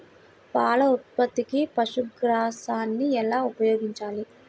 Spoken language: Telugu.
పాల ఉత్పత్తికి పశుగ్రాసాన్ని ఎలా ఉపయోగించాలి?